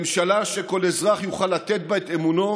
ממשלה שכל אזרח יוכל לתת בה את אמונו,